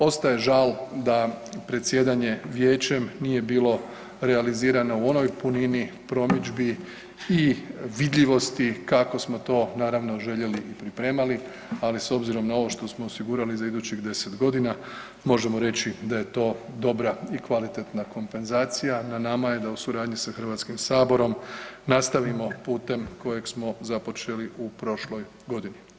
Ostaje žal da predsjedanje Vijećem nije bilo realizirano u onoj punini promidžbi i vidljivosti kako smo to naravno željeli i pripremali ali s obzirom na ovo što smo osigurali za idućih 10 g., možemo reći da je to dobra i kvalitetna kompenzacija a na nama je da u suradnji sa Hrvatskim saborom, nastavimo putem kojeg smo započeli u prošloj godini.